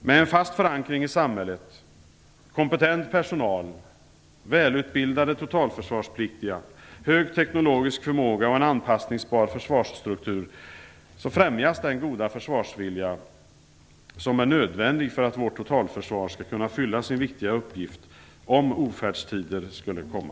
Med en fast förankring i samhället, kompetent personal, välutbildade totalförsvarspliktiga, hög teknologisk förmåga och en anpassningsbar försvarsstruktur främjas den goda försvarsvilja som är nödvändig för att vårt totalförsvar skall kunna fylla sin viktiga uppgift om ofärdstider skulle komma.